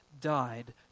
died